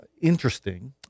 interesting